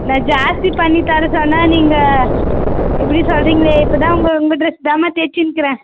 நான் ஜாஸ்தி பண்ணி தர சொன்னால் நீங்கள் இப்படி சொல்கிறீங்களே இப்போ தான் உங்கள் உங்கள் டிரஸ் தானம்மா தைச்சின்னுக்குறேன்